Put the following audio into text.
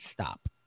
stop